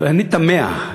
ואני תמה.